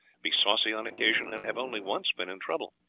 be saucy on occasion, and have only once been in trouble.